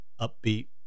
upbeat